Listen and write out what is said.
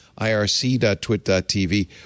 irc.twit.tv